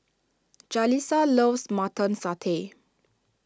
Jalissa loves Mutton Satay